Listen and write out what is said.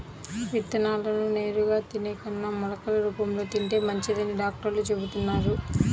విత్తనాలను నేరుగా తినే కన్నా మొలకలు రూపంలో తింటే మంచిదని డాక్టర్లు చెబుతున్నారు